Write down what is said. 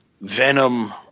venom